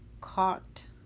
caught